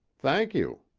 thank you.